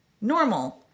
Normal